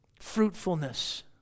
fruitfulness